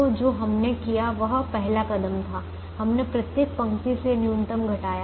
तो जो हमने किया वह पहला कदम था हमने प्रत्येक पंक्ति से न्यूनतम घटाया